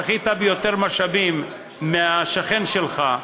זכית ביותר משאבים מהשכן שלך,